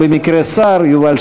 במקום להתעסק עם החרדים,